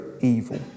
evil